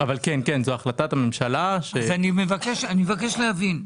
אני מבקש להבין.